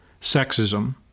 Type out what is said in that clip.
sexism